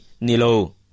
nilo